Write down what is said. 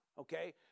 okay